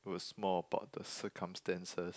it was more about the circumstances